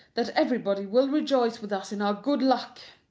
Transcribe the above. that everybody will rejoice with us in our good luck.